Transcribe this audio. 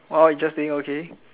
orh interesting okay